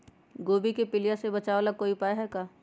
गोभी के पीलिया से बचाव ला कोई उपाय है का?